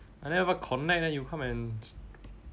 I never even connect then you come and